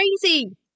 crazy